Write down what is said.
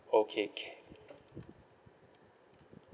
okay can